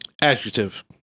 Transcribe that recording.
Adjective